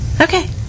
Okay